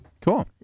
cool